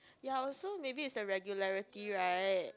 ya also maybe it's the regularity right